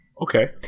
okay